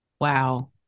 Wow